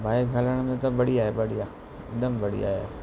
bike हलाइण में त बढ़िया आहे बढ़िया हिकदमि बढ़िया आहे